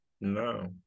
No